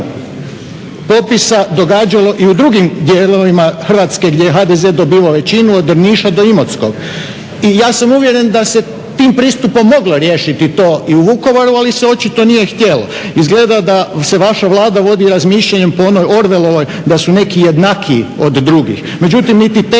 popisa događalo i u drugim dijelovima Hrvatske gdje je HDZ dobivao većinu, od Drniša do Imotskog i ja sam uvjeren da se tim pristupom moglo riješiti to i u Vukovaru, ali se očito nije htjelo. Izgleda da se vaša Vlada vodi razmišljanjem po onoj … da su neki jednakiji od drugih, međutim niti te